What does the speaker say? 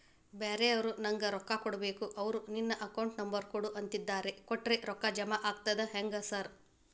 ಬ್ಯಾರೆವರು ನಂಗ್ ರೊಕ್ಕಾ ಕೊಡ್ಬೇಕು ಅವ್ರು ನಿನ್ ಅಕೌಂಟ್ ನಂಬರ್ ಕೊಡು ಅಂತಿದ್ದಾರ ಕೊಟ್ರೆ ರೊಕ್ಕ ಜಮಾ ಆಗ್ತದಾ ಹೆಂಗ್ ಸಾರ್?